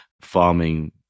farming